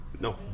no